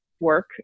work